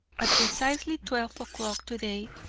at precisely twelve o'clock today,